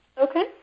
Okay